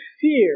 fear